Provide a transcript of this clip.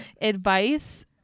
advice